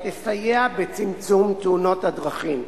תסייע בצמצום תאונות הדרכים.